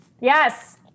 Yes